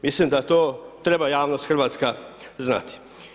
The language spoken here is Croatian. Mislim da to treba javnost hrvatska znati.